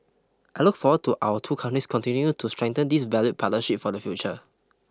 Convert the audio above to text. I look forward to our two countries continue to strengthen this valued partnership for the future